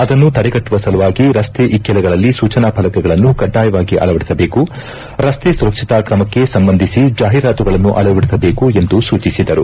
ಅದನ್ನು ತಡೆಗಟ್ಟುವ ಸಲುವಾಗಿ ರಸ್ತೆ ಇಕ್ಕೆಲಗಳಲ್ಲಿ ಸೂಚನಾ ಫಲಕಗಳನ್ನು ಕಡ್ಡಾಯವಾಗಿ ಅಳವಡಿಸಬೇಕು ಹಾಗೆಯೇ ರಸ್ತೆ ಸುರಕ್ಷತಾ ಕ್ರಮಕ್ಕೆ ಸಂಬಂಧಿಸಿದಂತೆ ಜಾಹೀರಾತುಗಳನ್ನು ಅಳವಡಿಸಬೇಕು ಎಂದು ಸೂಚಿಸಿದರು